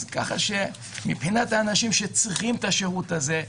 כך שמבחינת האנשים שצריכים את השירות הזה,